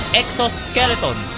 exoskeleton